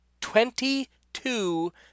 Twenty-two